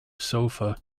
sofa